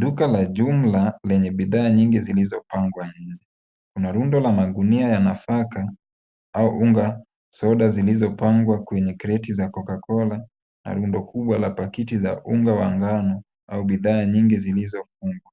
Duka la jumla lenye bidhaa nyingi zilizopangwa na rundo la magunia ya nafaka au unga, soda zilizopangwa kwenye kreti za Coca-Cola na rundo kubwa za pakiti za unga wa ngano au bidhaa nyingi zilizopangwa.